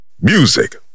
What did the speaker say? Music